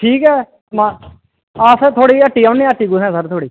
तांं भी थुआढ़ी हट्टी औने आं हट्टी कुत्थें थुआढ़ी